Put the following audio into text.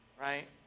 Right